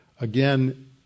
Again